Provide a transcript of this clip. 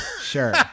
Sure